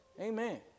Amen